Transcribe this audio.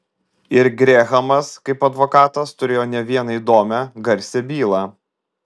ir grehamas kaip advokatas turėjo ne vieną įdomią garsią bylą